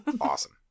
awesome